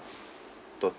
tal